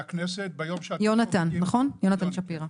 נציג מורי הדרך, יהונתן שפירא.